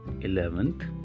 eleventh